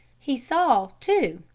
he saw too,